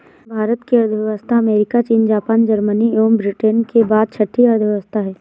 भारत की अर्थव्यवस्था अमेरिका, चीन, जापान, जर्मनी एवं ब्रिटेन के बाद छठी अर्थव्यवस्था है